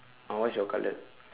ah what's your color